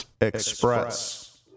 Express